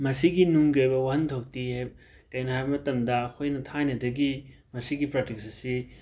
ꯃꯁꯤꯒꯤ ꯅꯨꯡꯒꯤ ꯑꯣꯏꯕ ꯋꯥꯍꯟꯊꯣꯛꯇꯤ ꯀꯩꯅꯣ ꯍꯥꯏꯕ ꯃꯇꯝꯗ ꯑꯩꯈꯣꯏꯅ ꯊꯥꯏꯅꯗꯒꯤ ꯃꯁꯤꯒꯤ ꯄ꯭ꯔꯦꯛꯇꯤꯁ ꯑꯁꯤ